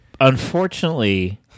Unfortunately